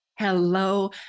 Hello